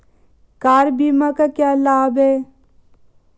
Car बीमा का क्या लाभ है?